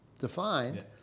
defined